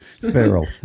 Feral